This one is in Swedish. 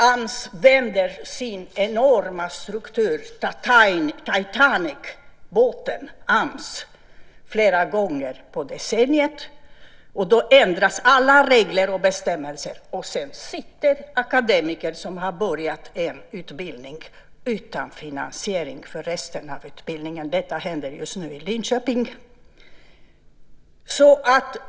AMS vänder sin enorma struktur - Titanicbåten AMS - flera gånger under decenniet. Då ändras alla regler och bestämmelser. Sedan sitter akademiker som har börjat en utbildning utan finansiering för resten av utbildningen. Detta händer just nu i Linköping.